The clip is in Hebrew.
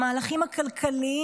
המהלכים הכלכליים